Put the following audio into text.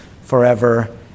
forever